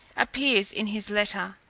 appears in his letter,